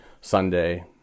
Sunday